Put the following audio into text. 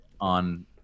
on